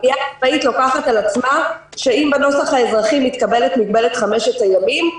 התביעה הצבאית לוקחת על עצמה שאם בנוסח האזרחי מתקבלת מגבלת חמשת הימים,